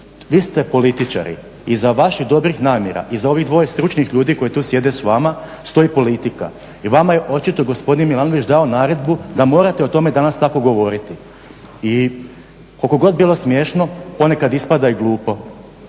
Vi ste političari, iza vaših dobrih namjera, iza ovih dvoje stručnih ljudi koji tu sjede s vama, stoji politika i vama je očito gospodin Milanović dao naredbu da morate o tome danas tako govoriti i koliko god bilo smiješno, ponekad ispada i glupo.